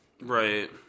Right